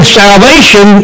salvation